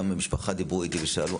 גם המשפחה דיברו איתי ושאלו.